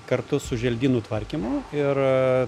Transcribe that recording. kartu su želdynų tvarkymu ir